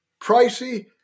Pricey